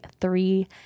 three